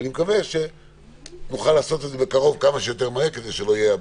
ואני מקווה שנוכל לעשות את זה בקרוב כמה שיותר מהר כדי שלא יהיה הבלבול.